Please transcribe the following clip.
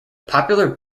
popular